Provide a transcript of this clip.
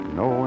no